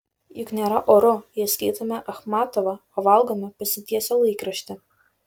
juk nėra oru jei skaitome achmatovą o valgome pasitiesę laikraštį